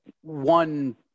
one